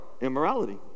immorality